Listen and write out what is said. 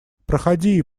проходи